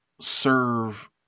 serve